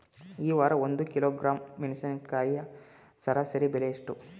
ಈ ವಾರ ಒಂದು ಕಿಲೋಗ್ರಾಂ ಮೆಣಸಿನಕಾಯಿಯ ಸರಾಸರಿ ಬೆಲೆ ಎಷ್ಟು?